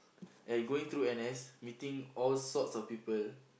and going through N_S meeting all sorts of people